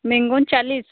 mango चालीस